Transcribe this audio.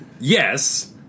Yes